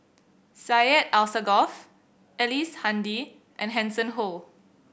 Syed Alsagoff Ellice Handy and Hanson Ho